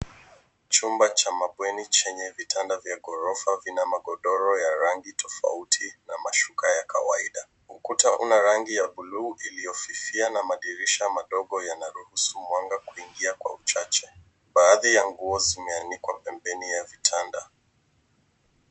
Chumba cha bweni chenye vitanda vya ghorofa, kila kimoja kikiwa na godoro la rangi tofauti na mashuka ya kawaida. Ukuta una rangi ya buluu iliyofifia na madirisha madogo yanayoruhusu mwanga kuingia kwa kiasi kidogo. Baadhi ya nguo zimetundikwa pembeni ya vitanda.